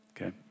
okay